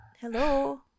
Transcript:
Hello